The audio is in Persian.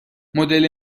مدل